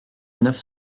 neuf